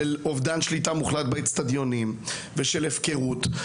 של אובדן שליטה מוחלט באצטדיונים, ושל הפקרות.